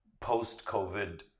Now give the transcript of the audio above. post-COVID